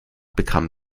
bekamen